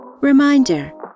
Reminder